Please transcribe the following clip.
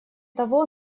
того